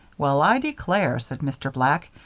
well, i declare, said mr. black.